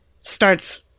starts